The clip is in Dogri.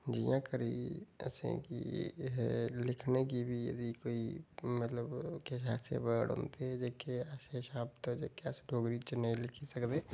जि'यां करी एह् लिखने गी बी कोई मतलब केह् आखदे ऐसे बर्ड होंदे जेह्के अस डोगरी च नेईं लिखी सकदे